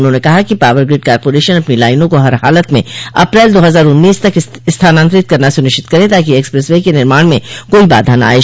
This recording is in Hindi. उन्होंने कहा है कि पॉवर ग्रिड कारपोरेशन अपनी लाइनों को हर हालत में अप्रैल दो हजार उन्नीस तक स्थानान्तरित करना सुनिश्चित करे ताकि एक्सप्रेस वे के निर्माण में कोई बाधा न आये